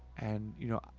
and you know,